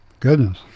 Goodness